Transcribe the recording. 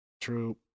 True